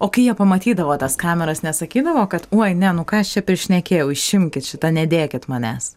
o kai jie pamatydavo tas kameras nesakydavo kad oi ne nu ką aš čia prišnekėjau išimkit šitą nedėkit manęs